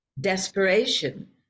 desperation